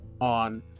on